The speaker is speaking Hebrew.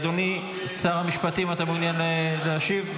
אדוני שר המשפטים, אתה מעוניין להשיב?